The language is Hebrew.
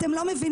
אתם לא מבינים.